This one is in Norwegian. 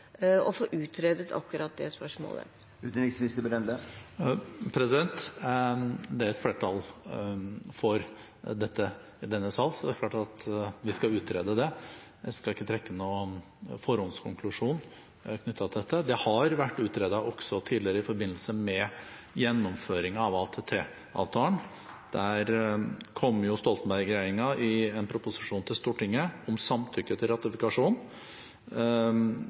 å få utredet akkurat det spørsmålet. Det er et flertall for dette i denne sal, så det er klart vi skal utrede det. Jeg skal ikke trekke noen forhåndskonklusjoner knyttet til dette. Det har vært utredet også tidligere i forbindelse med gjennomføringen av ATT-avtalen. Stoltenberg-regjeringen ba i en proposisjon til Stortinget om samtykke til ratifikasjon,